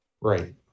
Right